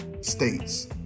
states